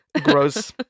Gross